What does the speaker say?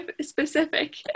Specific